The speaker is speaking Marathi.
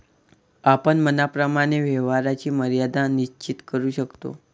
आपण मनाप्रमाणे व्यवहाराची मर्यादा निश्चित करू शकतो